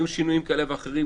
יהיו שינויים כאלה ואחרים,